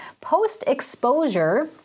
post-exposure